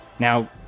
Now